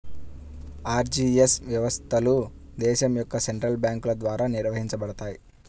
RTGS వ్యవస్థలు దేశం యొక్క సెంట్రల్ బ్యేంకుల ద్వారా నిర్వహించబడతయ్